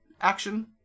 action